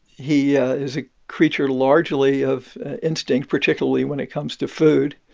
he ah is a creature, largely, of instinct, particularly when it comes to food.